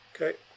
Okay